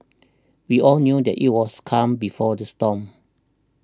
we all knew that it was calm before the storm